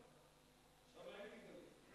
באום-אל-פחם.